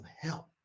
help